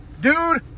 dude